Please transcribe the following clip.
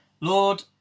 Lord